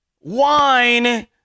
wine